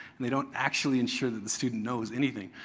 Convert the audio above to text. they don't actually ensure that the student knows anything.